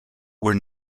were